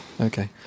okay